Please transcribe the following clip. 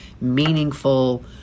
meaningful